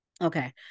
Okay